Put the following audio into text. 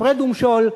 הפרד ומשול,